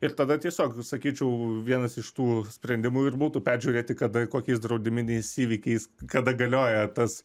ir tada tiesiog sakyčiau vienas iš tų sprendimų ir būtų peržiūrėti kada kokiais draudiminiais įvykiais kada galioja tas